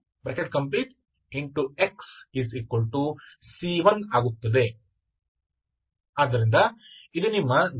ಆದ್ದರಿಂದ ಇದು ನಿಮ್ಮ xy ಆಗಿರಬೇಕು